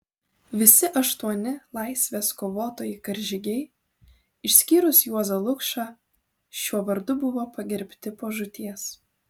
visi aštuoni laisvės kovotojai karžygiai išskyrus juozą lukšą šiuo vardu buvo pagerbti po žūties